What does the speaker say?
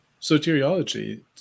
soteriology